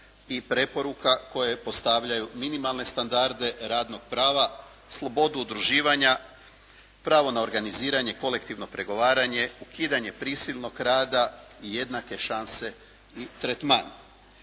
i preporuka koje postavljaju minimalne standarde radnog prava, slobodu udruživanja, pravo na organiziranje, kolektivno pregovaranje, ukidanje prisilnog rada i jednake šanse i tretman.